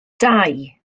dau